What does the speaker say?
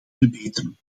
verbeteren